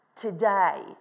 today